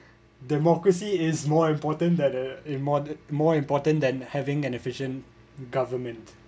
democracy is more important than a in a more important than having an efficient government